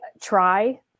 try